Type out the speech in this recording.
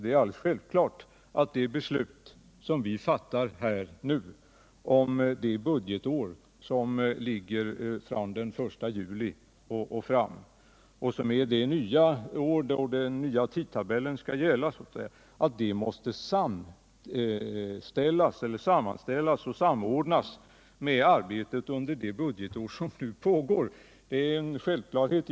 Det är alldeles självklart att de beslut vi nu fattar här om det budgetår som börjar 1 juli och som är det år då den nya tidtabellen skall gälla måste samordnas med arbetet under det budgetår som nu pågår.